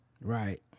Right